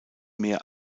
mehr